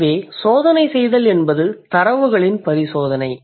எனவே சோதனைசெய்தல் என்பது தரவுகளின் பரிசோதனை